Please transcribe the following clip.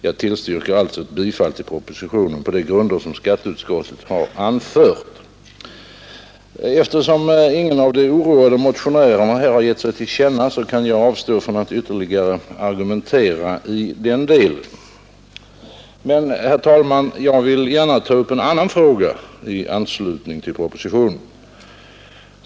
Jag tillstyrker alltså ett bifall till propositionen på de grunder som skatteutskottet har anfört. Eftersom ingen av de oroade motionärerna har gett sig till känna, kan jag avstå från att ytterligare argumentera i den delen. Men, herr talman, jag vill gärna ta upp en annan fråga i anslutning till propositionen.